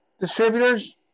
distributors